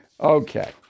Okay